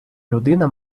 людина